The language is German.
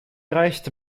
reicht